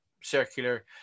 circular